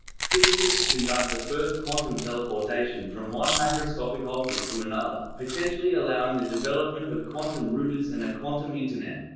physicists conduct the first quantum teleportation from one macroscopic object to another, potentially allowing the development of quantum routers and a quantum internet.